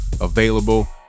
available